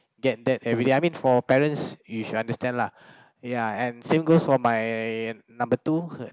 get that everyday I mean for parents you should understand lah ya and same goes for my number two